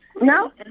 No